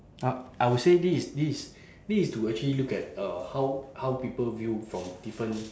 uh I will say this is this is this is to actually look at uh how how people view from different